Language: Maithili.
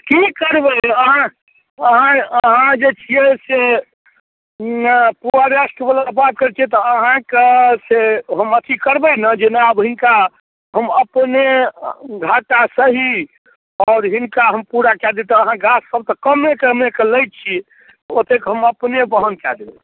की करबै अहाँ अहाँ अहाँ जे छियै से अऽ पुअरेस्टवला बात करै छियै तऽ अहाँके से हम अथी करबै ने जेना आब हिनका हम अपने घाटा सही आओर हिनका हम पूरा कए दी तऽ अहाँ गाछ सभ तऽ कमे कमे कऽ लै छी ओतेक हम अपने वहन कए देबै